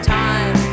time